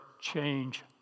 change